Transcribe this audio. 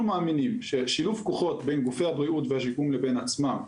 אנחנו מאמינים ששילוב כוחות בין גופי הבריאות והשיקום לבין עצמם,